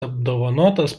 apdovanotas